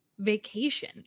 vacation